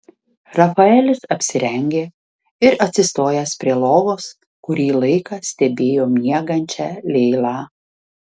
rafaelis apsirengė ir atsistojęs prie lovos kurį laiką stebėjo miegančią leilą